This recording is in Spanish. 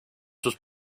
sus